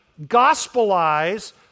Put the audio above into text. gospelize